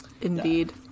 Indeed